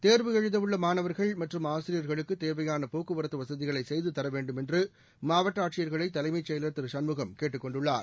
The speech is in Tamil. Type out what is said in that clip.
தேர்வு எழுத உள்ள மாணவா்கள் மற்றும் ஆசிரியா்களுக்கு தேவையான போக்குவரத்து வசதிகளை செய்துதர வேண்டும் என்று மாவட்ட ஆட்சியர்களை தலைமைச் செயல் சண்முகம் கேட்டுக் கொண்டுள்ளார்